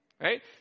Right